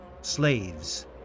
Slaves